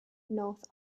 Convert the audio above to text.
north